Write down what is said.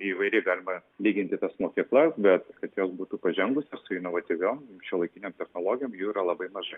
įvairi galima lyginti tas mokyklas bet kad jos būtų pažengusios su inovatyviom šiuolaikinėm technologijom jų yra labai mažai